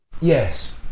Yes